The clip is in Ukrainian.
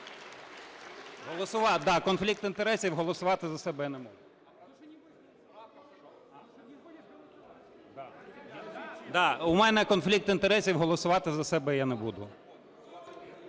конфлікт інтересів, голосувати за себе я не буду.